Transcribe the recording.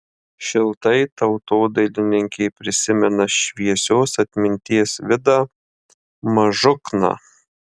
šiltai tautodailininkė prisimena šviesios atminties vidą mažukną